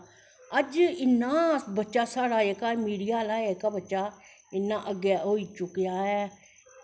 अज्ज इन्ना साढ़ा बच्चा जेह्का मीडिया आह्ला जेह्का इन्नां अग्गैं होई चुक्केआ ऐ